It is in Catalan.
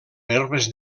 herbes